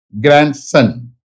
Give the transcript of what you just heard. grandson